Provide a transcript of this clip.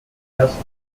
herrscht